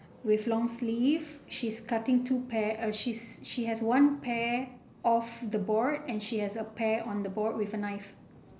with long sleeve she's cutting two pear uh she's she has one pear off the board and she has a pear on the board with a knife